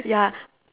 ya